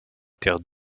terre